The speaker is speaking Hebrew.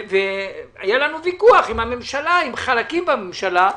היה לנו ויכוח עם חלקים בממשלה,